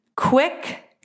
Quick